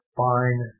fine